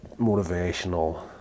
motivational